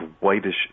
whitish